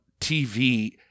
TV